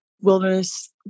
wilderness